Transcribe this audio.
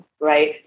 right